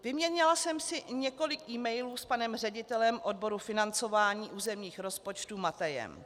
Vyměnila jsem si několik emailů s panem ředitelem odboru financování územních rozpočtů Matejem.